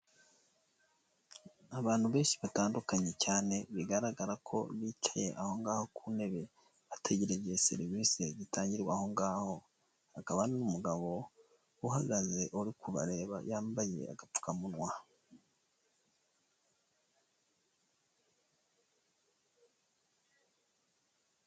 Abantu benshi batandukanye cyane bigaragara ko bicaye aho ngaho ku ntebe bategereje serivisi zitangirwa aho ngaho, hakaba hari n'umugabo uhagaze uri kubareba yambaye agapfukamunwa.